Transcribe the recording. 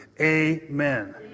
Amen